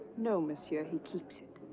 no monsieur, he keeps it.